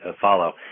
follow